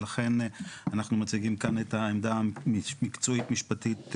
ולכן אנחנו מציגים כאן את העמדה המקצועית משפטית,